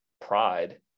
pride